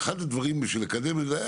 כדי לקדם את זה,